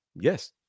Yes